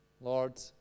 Lord